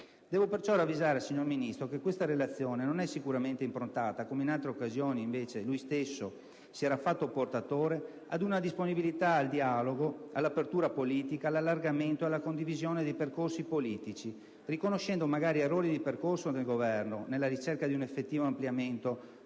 Devo perciò ravvisare che la relazione del Ministro non è sicuramente improntata, come in altre occasioni invece era avvenuto anche per merito suo, ad una disponibilità al dialogo, all'apertura politica, all'allargamento e alla condivisione dei percorsi politici, riconoscendo, magari, errori di percorso del Governo nella ricerca di un effettivo ampliamento nel